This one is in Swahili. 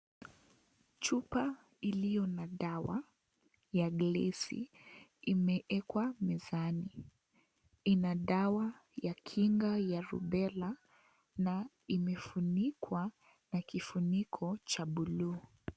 Chupa iliyo na dawa; ya gilasi, imewekwa mezani. Ina dawa ya kinga ya Rubella na inafunikwa na kifuniko cha bluu.